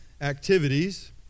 activities